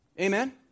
Amen